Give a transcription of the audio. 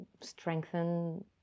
strengthen